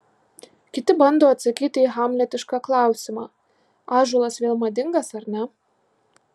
kiti bando atsakyti į hamletišką klausimą ąžuolas vėl madingas ar ne